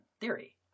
theory